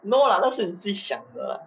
no lah 那是你自己想的 lah